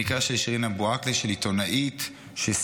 המקרה של שירין אבו עאקלה, של עיתונאית שסיקרה,